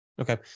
okay